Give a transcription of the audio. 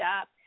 up